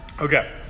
Okay